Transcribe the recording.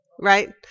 right